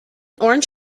orange